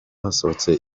hasohotse